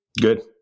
Good